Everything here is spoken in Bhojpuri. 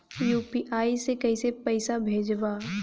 यू.पी.आई से कईसे पैसा भेजब?